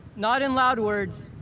not in loud words,